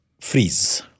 freeze